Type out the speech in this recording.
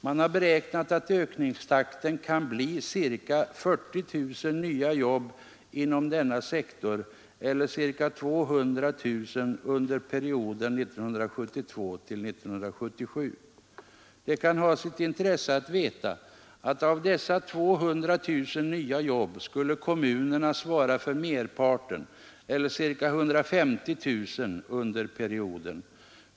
Man har beräknat att ökningstakten kan bli ca 40 000 nya jobb inom denna sektor eller ca 200 000 under perioden 1972-1977. Det kan ha sitt intresse att veta att av dessa 200 000 nya jobb skulle kommunerna svara för merparten eller ca 150 000 under perioden.